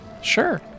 Sure